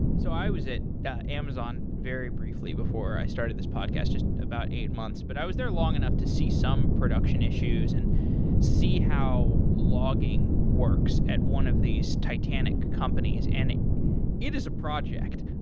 so i was at amazon very briefly before i started this podcast. just about eight months, but i was there long enough to see some production issues and see how logging works at one of these titanic companies, and it is a project.